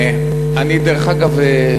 דרך אגב,